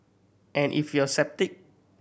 and if you're a sceptic